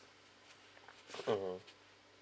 mmhmm